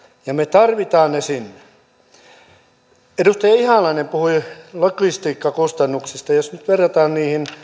ja me tarvitsemme ne sinne edustaja ihalainen puhui logistiikkakustannuksista jos nyt verrataan